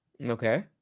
Okay